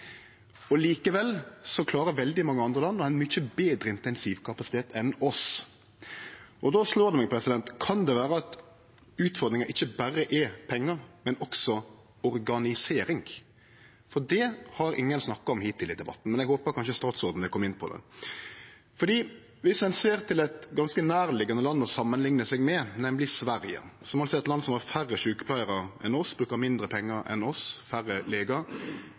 og likevel klarer veldig mange andre land å ha ein mykje betre intensivkapasitet enn oss. Då slår det meg: Kan det vere at utfordringa ikkje berre er pengar, men også organisering? Og det har ingen snakka om hittil i debatten, men eg håpar kanskje at statsråden vil kome inn på det. Om ein ser til eit ganske nærliggjande land å samanlikne seg med, nemleg Sverige, som er eit land som har færre sjukepleiarar enn oss, som brukar mindre pengar enn oss, og som har færre